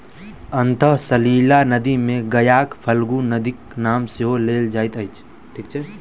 अंतः सलिला नदी मे गयाक फल्गु नदीक नाम सेहो लेल जाइत अछि